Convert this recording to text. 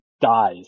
dies